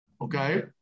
okay